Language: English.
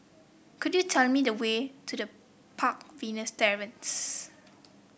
could you tell me the way to the Park Villas Terrace